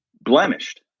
blemished